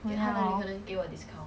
oh ya hor